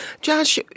Josh